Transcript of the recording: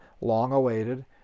long-awaited